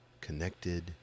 connected